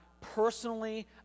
personally